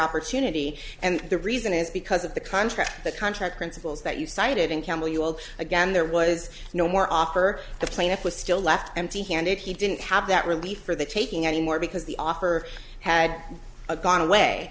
opportunity and the reason is because of the contract the contract principles that you cited in campbell you all again there was no more offer the plaintiff was still left empty handed he didn't have that relief for the taking anymore because the offer had gone away